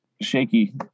shaky